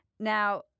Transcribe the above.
Now